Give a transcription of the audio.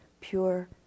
pure